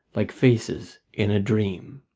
like faces in a dream.